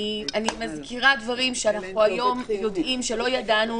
אני מזכירה דברים שאנחנו היום יודעים שלא ידענו